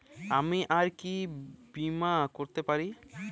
আমি আর কি বীমা করাতে পারি?